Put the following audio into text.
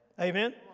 amen